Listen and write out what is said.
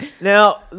Now